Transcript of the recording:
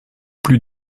plus